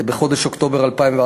בחודש אוקטובר 2013,